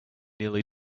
nearly